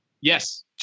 Yes